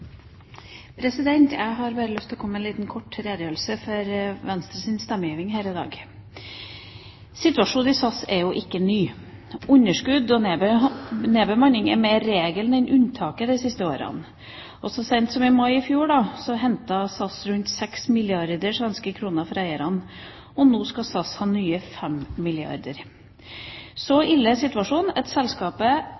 Jeg har bare lyst til å redegjøre kort for Venstres stemmegivning her i dag. Situasjonen i SAS er jo ikke ny. Underskudd og nedbemanning er mer regelen enn unntaket de siste årene. Så sent som i mai i fjor hentet SAS rundt 6 milliarder svenske kroner fra eierne. Nå må SAS ha nye 5 milliarder svenske kroner. Så